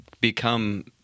become